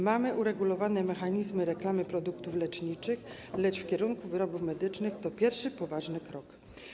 Mamy uregulowane mechanizmy reklamy produktów leczniczych, lecz w kierunku wyrobów medycznych to pierwszy poważny krok.